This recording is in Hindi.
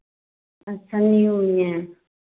अच्छा न्यू ही है